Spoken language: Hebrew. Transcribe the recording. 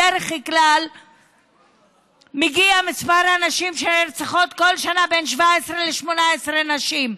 בדרך כלל מספר הנשים שנרצחות כל שנה הוא 17 18 נשים.